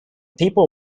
people